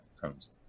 comes